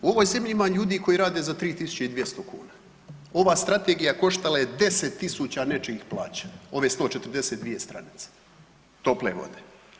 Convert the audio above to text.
U ovoj zemlji ima ljudi koji rade za 3200 kuna, ova strategija koštala je 10 000 nečijih plaća, ove 142 stranice tople vode.